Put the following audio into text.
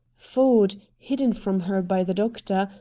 ford, hidden from her by the doctor,